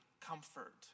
comfort